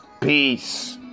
Peace